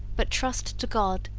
but trust to god,